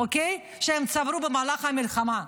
שהם צברו במהלך המלחמה.